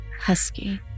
husky